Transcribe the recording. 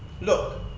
look